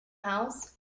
house